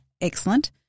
Excellent